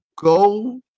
go